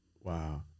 Wow